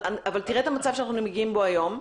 אבל תראה את המצב שאנחנו נמצאים בו היום.